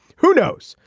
who knows.